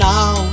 Now